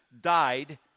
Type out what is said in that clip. died